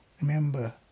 Remember